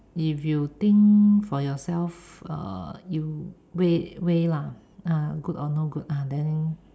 if you think for yourself err you weigh weigh lah ah good or no good ah then